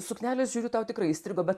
suknelės žiūriu tau tikrai įstrigo bet